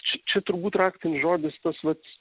č čia turbūt raktinis žodis tas vat